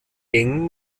eng